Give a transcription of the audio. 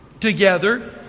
together